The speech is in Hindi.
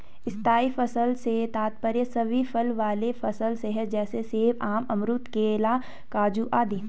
स्थायी फसल से तात्पर्य सभी फल वाले फसल से है जैसे सेब, आम, अमरूद, केला, काजू आदि